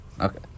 okay